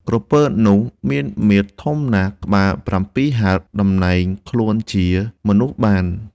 ក្រពើនោះ មានមាឌធំណាស់ ក្បាល ៧ហត្ថ តំណែងខ្លួនជាមនុស្សបាន ។